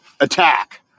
attack